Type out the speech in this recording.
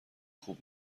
خوب